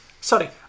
sorry